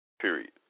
Period